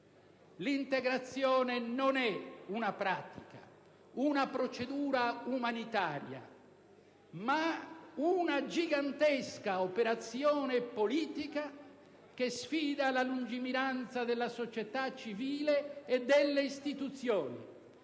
L'integrazione non è una pratica, una procedura umanitaria, ma una gigantesca operazione politica che sfida la lungimiranza della società civile e delle istituzioni,